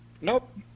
nope